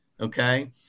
okay